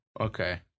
Okay